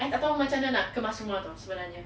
I tak tahu macam mana nak kemas rumah [tau] sebenarnya